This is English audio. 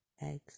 eggs